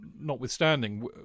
notwithstanding